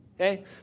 okay